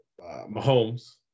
Mahomes